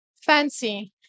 fancy